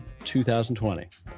2020